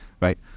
right